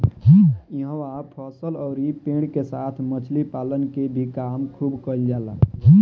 इहवा फसल अउरी पेड़ के साथ मछली पालन के भी काम खुब कईल जाला